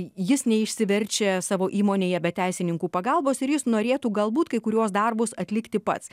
jis neišsiverčia savo įmonėje be teisininkų pagalbos ir jis norėtų galbūt kai kuriuos darbus atlikti pats